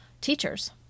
teachers